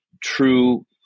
true